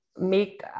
make